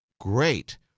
great